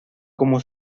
como